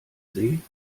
see